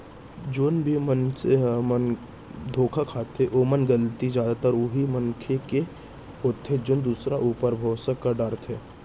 जेन भी मनसे ह धोखा खाथो ओमा गलती जादातर उहीं मनसे के होथे जेन दूसर ऊपर भरोसा कर डरथे